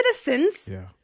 citizens